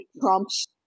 Trump's